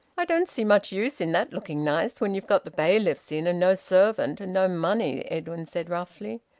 i don't see much use in that looking nice, when you've got the bailiffs in, and no servant and no money, edwin said roughly,